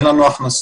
אין לנו הכנסות.